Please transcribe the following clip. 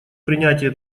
принятие